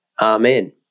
Amen